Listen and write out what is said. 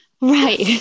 Right